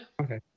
Okay